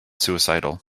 suicidal